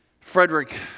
Frederick